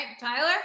Tyler